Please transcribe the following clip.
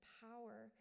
power